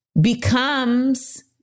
becomes